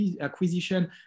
acquisition